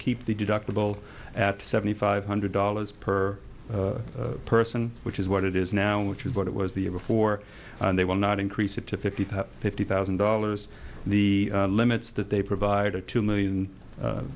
deductible at seventy five hundred dollars per person which is what it is now which is what it was the year before and they will not increase it to fifty fifty thousand dollars and the limits that they provide are two million